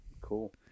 Cool